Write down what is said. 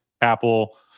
Apple